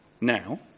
now